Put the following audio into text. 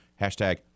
hashtag